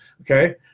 okay